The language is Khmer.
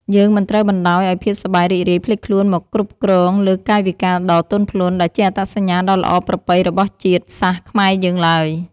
យើងមិនត្រូវបណ្តោយឱ្យភាពសប្បាយរីករាយភ្លេចខ្លួនមកគ្រប់គ្រងលើកាយវិការដ៏ទន់ភ្លន់ដែលជាអត្តសញ្ញាណដ៏ល្អប្រពៃរបស់ជាតិសាសន៍ខ្មែរយើងឡើយ។